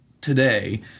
today